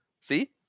see